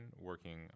working